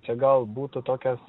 čia gal būtų tokios